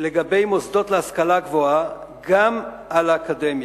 לגבי מוסדות להשכלה גבוהה גם על האקדמיה.